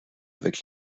avec